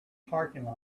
parking